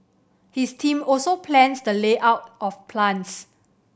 his team also plans the layout of plants